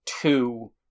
two